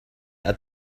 had